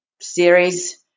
series